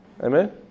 Amen